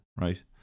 right